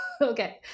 Okay